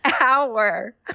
hour